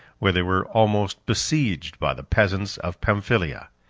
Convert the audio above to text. where they were almost besieged by the peasants of pamphylia